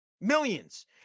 Millions